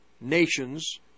nations